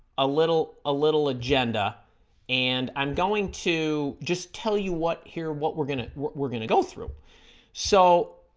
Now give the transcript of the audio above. a little a little agenda and i'm going to just tell you what here what we're gonna what we're gonna go through so